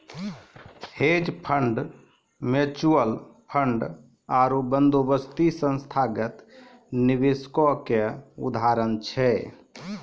hedge fund, mutual fund आरु बंदोबस्ती संस्थागत निवेशको के उदाहरण छै